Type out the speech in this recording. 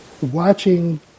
watching